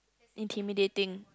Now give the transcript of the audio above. intimidating